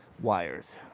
wires